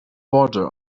border